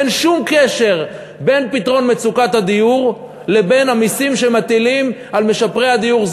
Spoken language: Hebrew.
אין שום קשר בין פתרון מצוקת הדיור לבין המסים שמטילים על משפרי הדיור.